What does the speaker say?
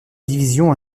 division